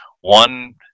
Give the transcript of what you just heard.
one